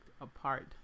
apart